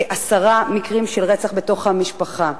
כעשרה מקרים של רצח בתוך המשפחה.